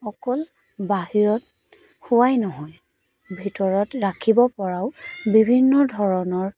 অকল বাহিৰত সোৱাই নহয় ভিতৰত ৰাখিব পৰাও বিভিন্ন ধৰণৰ